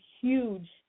huge